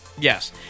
Yes